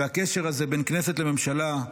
והקשר הזה בין הכנסת לממשלה,